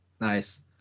Nice